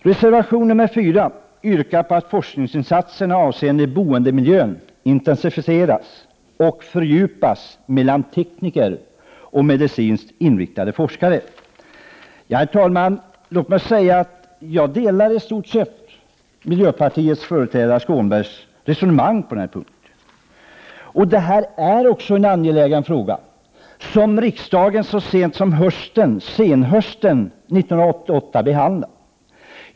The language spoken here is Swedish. I reservation nr 4 yrkas på att forskningsinsatserna mellan tekniker och medicinskt inriktade forskare avseende boendemiljön intensifieras och fördjupas. Herr talman! Låt mig säga att jag i stort sett kan instämma i resonemanget på den här punkten av miljöpartiets företrädare Skånberg. Det här är också en angelägen fråga, som riksdagen behandlat så sent som senhösten 1988.